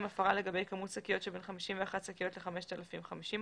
(2) הפרה לגבי כמות שקיות שבין 51 שקיות ל-5,000 50 אחוזים,